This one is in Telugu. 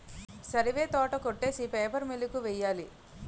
సరివే తోట కొట్టేసి పేపర్ మిల్లు కి వెయ్యాలి